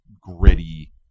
gritty